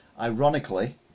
Ironically